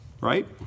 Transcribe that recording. right